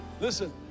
listen